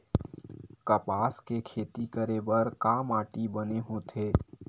कपास के खेती करे बर का माटी बने होथे?